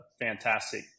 fantastic